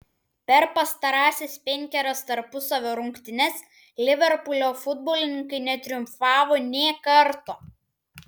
per pastarąsias penkerias tarpusavio rungtynes liverpulio futbolininkai netriumfavo nė karto